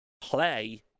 play